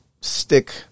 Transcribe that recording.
stick